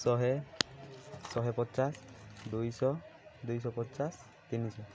ଶହେ ଶହେ ପଚାଶ ଦୁଇଶହ ଦୁଇଶହ ପଚାଶ ତିନିଶହ